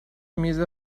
میز